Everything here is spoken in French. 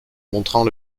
montrant